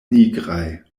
nigraj